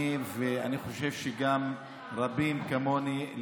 אני חושב שגם רבים כמוני,